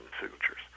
signatures